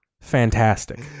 Fantastic